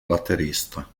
batterista